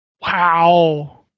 wow